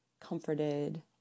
comforted